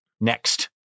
next